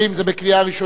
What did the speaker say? זה לקריאה ראשונה,